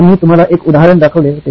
आम्ही तुम्हाला एक उदाहरण दाखवले होते